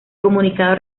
comunicado